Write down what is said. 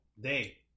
day